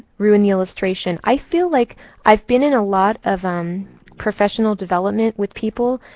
ruin the illustration. i feel like i've been in a lot of um professional development with people,